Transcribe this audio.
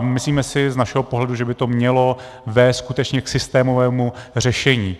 Myslíme si z našeho pohledu, že by to mělo vést skutečně k systémovému řešení.